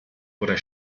oder